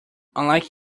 unlike